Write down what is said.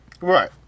Right